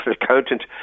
accountant